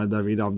David